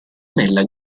nella